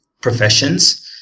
professions